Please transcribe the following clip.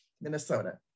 Minnesota